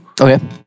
Okay